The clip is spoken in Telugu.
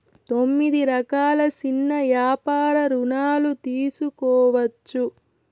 తొమ్మిది రకాల సిన్న యాపార రుణాలు తీసుకోవచ్చు